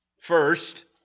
First